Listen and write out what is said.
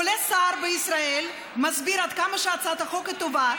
עולה שר בישראל, מסביר עד כמה שהצעת החוק טובה,